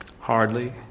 Hardly